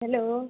hello